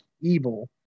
evil